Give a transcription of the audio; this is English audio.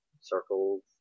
circles